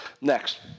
Next